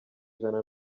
ijana